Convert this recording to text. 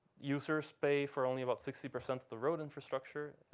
users pay for only about sixty percent of the road infrastructure.